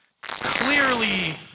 clearly